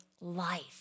life